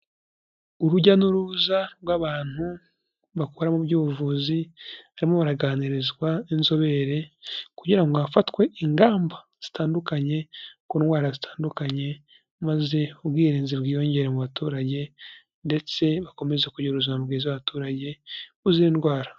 Urujya n'uruza rw'abantu bakora mu by'ubuvuzi barimo baganirizwa n'inzobere kugira ngo hafatwe ingamba zitandukanye ku ndwara zitandukanye maze ubwirinzi bwiyongere mu baturage ndetse bakomezaze kugira ubuzima bwiza abaturage buzira indwara.